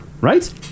Right